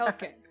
Okay